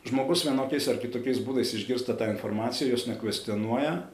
žmogus vienokiais ar kitokiais būdais išgirsta tą informaciją jos nekvestionuoja